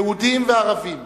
יהודים וערבים,